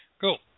cool